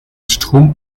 strom